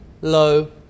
low